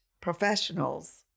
professionals